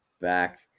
back